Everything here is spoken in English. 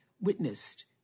witnessed